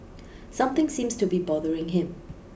something seems to be bothering him